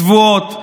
צבועות,